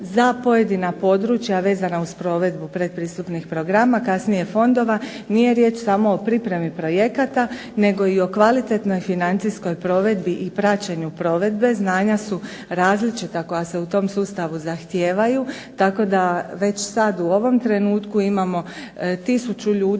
za pojedina područja vezana uz provedbu pretpristupnih programa, kasnije fondova. Nije riječ samo o pripremi projekata nego i o kvalitetnoj financijskoj provedbi i praćenju provedbe. Znanja su različita koja s u tom sustavu zahtijevaju. Tako da već sada u ovom trenutku imamo tisuću ljudi